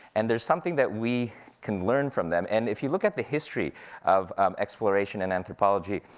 and there's something that we can learn from them. and if you look at the history of exploration and anthropology,